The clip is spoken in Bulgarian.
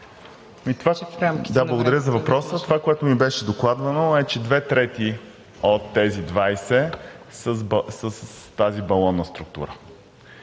Благодаря за въпроса. Това, което ми беше докладвано, е, че две трети от тези 20 са с тази балонна структура.